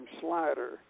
slider